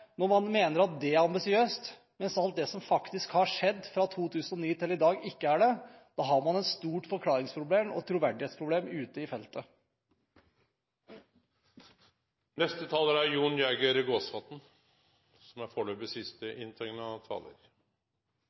Når man mener at det er ambisiøst, mens alt det som faktisk har skjedd fra 2009 til i dag, ikke er det, har man et stort forklaringsproblem og troverdighetsproblem ute i feltet.